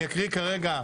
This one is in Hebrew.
אני אקריא את